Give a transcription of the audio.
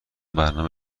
برنامه